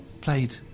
played